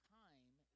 time